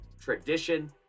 tradition